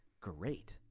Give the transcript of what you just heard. great